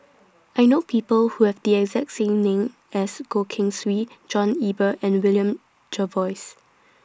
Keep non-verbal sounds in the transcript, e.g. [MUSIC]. I know People Who Have The exact [NOISE] same name as Goh Keng Swee John [NOISE] Eber and William Jervois